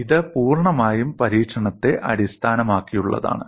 ഇത് പൂർണ്ണമായും പരീക്ഷണത്തെ അടിസ്ഥാനമാക്കിയുള്ളതാണ്